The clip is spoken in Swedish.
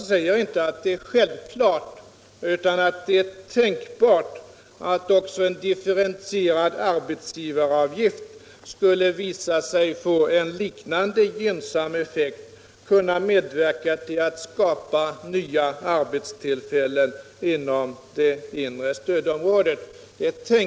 Det är tänkbart — jag säger alltså inte att det är självklart — att en differentierad arbetsgivaravgift skulle visa sig få en liknande gynnsam effekt och kunna medverka till att skapa nya arbetstillfällen inom det inre stödområdet.